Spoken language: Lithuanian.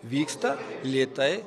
vyksta lėtai